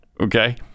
Okay